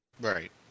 Right